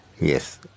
yes